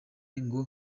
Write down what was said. ngo